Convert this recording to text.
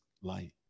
light